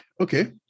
Okay